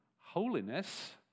Holiness